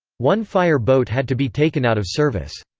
one fire boat had to be taken out of service.